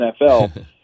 nfl